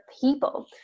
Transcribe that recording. people